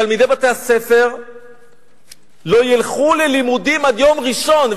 תלמידי בתי-הספר לא ילכו ללימודים עד יום ראשון,